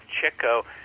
Chico